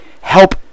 help